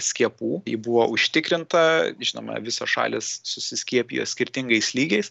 skiepų ji buvo užtikrinta žinoma visos šalys suskiepijo skirtingais lygiais